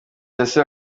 yasuye